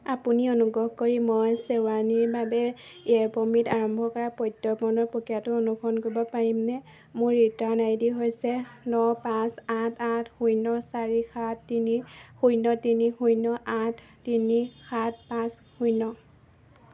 আপুনি অনুগ্ৰহ কৰি মই শ্বেৰৱানীৰ বাবে য়েপমিত আৰম্ভ কৰা প্ৰত্যৰ্পণ প্ৰক্ৰিয়াটো অনুসৰণ কৰিব পাৰিমনে মোৰ ৰিটাৰ্ণ আই ডি হৈছে ন পাঁচ আঠ আঠ শূন্য চাৰি সাত তিনি শূন্য তিনি শূন্য আঠ তিনি সাত পাঁচ শূন্য